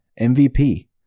MVP